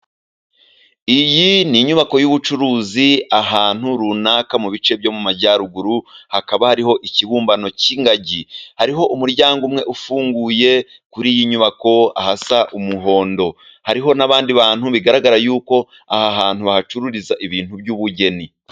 Iyi ni inyubako y'ubucuruzi, ahantu runaka mu bice byo mu majyaruguru, hakaba hariho ikibumbano cy'ingagi, hariho umuryango umwe ufunguye, kuri iyi nyubako ahasa umuhondo, hariho n'abandi bantu bigaragara yuko, aha hantu hacururizwa ibintu by'ubugeni.